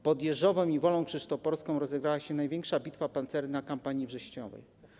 Pod Jeżowem i Wolą Krzysztoporską rozegrała się największa bitwa pancerna kampanii wrześniowej.